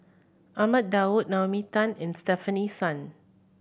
Ahmad Daud Naomi Tan and Stefanie Sun